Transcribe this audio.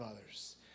others